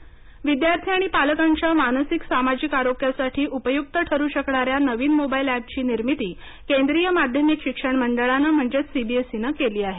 CBSE app विद्यार्थी आणि पालकांच्या मानसिक सामाजिक आरोग्यासाठी उपयुक्त ठरू शकणाऱ्या नवीन मोबाईल एपची निर्मिती केंद्रीय माध्यमिक शिक्षण मंडळानं म्हणजे सीबीएसईनं केली आहे